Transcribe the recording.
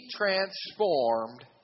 transformed